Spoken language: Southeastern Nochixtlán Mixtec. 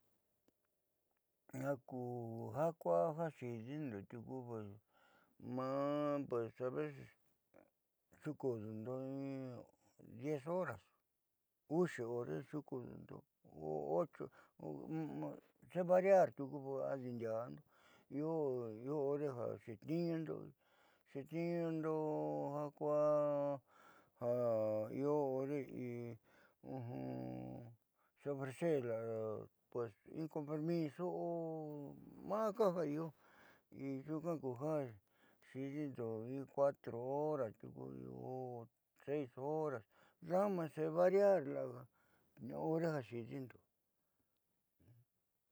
Ja ku ja kuaá ja xiidindo tiuku pues maá pues a veces xuukuudundo in io hora uxi hore xuukuudondo 6 o 8 xe variar tiu ku xi adiindia'ando io hore ja xeetniinundo ja kuaa ja io hore xe ofrecer in compromiso a maaka ja io y yuunkaa ku ja xiidindo in 4 horas tiuku o 6 horas daama xeevariar hora ja xiidindo.